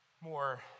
more